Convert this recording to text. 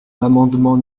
l’amendement